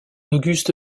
auguste